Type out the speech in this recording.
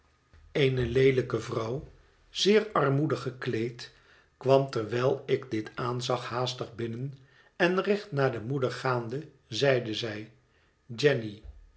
eene leelijke vrouw zeer armoedig gekleed kwam terwijl ik dit aanzag haastig binnen en recht naar de moeder gaande zeide zij jenny